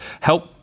help